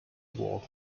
ward